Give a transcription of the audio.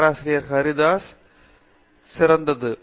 பேராசிரியர் பிரதாப் ஹரிதாஸ் சிறந்தது